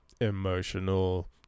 emotional